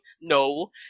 No